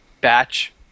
batch